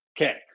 Okay